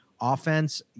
offense